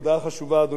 ואני רוצה שתקשיב לי,